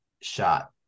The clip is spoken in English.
shot